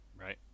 right